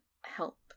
help